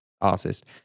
artist